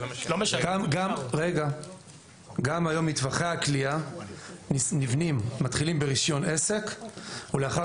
גם היום מטווחי הקליעה מתחילים ברישיון עסק ולאחר